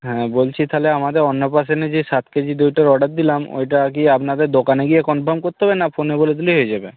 হ্যাঁ বলছি তাহলে আমাদের অন্নপ্রাশনে যে সাত কেজি দইটার অর্ডার দিলাম ওইটা কি আপনাদের দোকানে গিয়ে কনফার্ম করতে হবে না ফোনে বলে দিলেই হয়ে যাবে